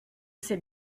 sais